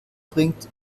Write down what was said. bringt